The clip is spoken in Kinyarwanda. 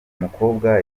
mukobwa